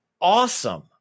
awesome